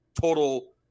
total